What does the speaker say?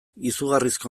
izugarrizko